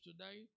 today